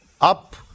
up